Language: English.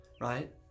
right